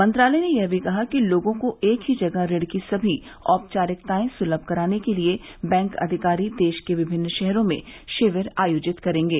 मंत्रालय ने यह भी बताया कि लोगों को एक ही जगह ऋण की सभी औपचारिकताएं सुलभ कराने के लिए बैंक अधिकारी देश के विभिन्न शहरों में शिविर आयोजित करेंगे